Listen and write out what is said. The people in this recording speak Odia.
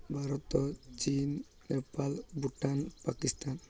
ଭାରତ ଚୀନ୍ ନେପାଲ୍ ଭୁଟାନ୍ ପାକିସ୍ତାନ୍